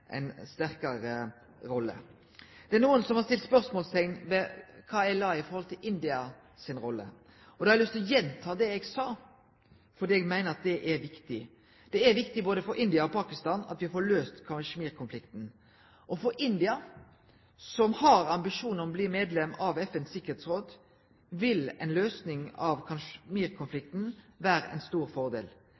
sterkare rolle. Det er nokon som har stilt spørsmål ved kva eg la i «Indias rolle». Då har eg lyst til å gjenta det eg sa, for eg meiner at det er viktig. Det er viktig både for India og for Pakistan at me får løyst Kashmir-konflikten. For India, som har ambisjonar om å bli medlem av FNs tryggingsråd, vil ei løysing av Kashmir-konflikten vere ein stor fordel.